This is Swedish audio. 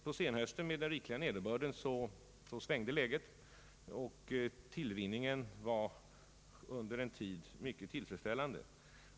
På senhösten med dess rikliga nederbörd svängde emellertid läget, och tillrinningen var under en tid mycket tillfredsställande.